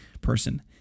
person